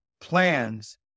plans